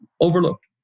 overlooked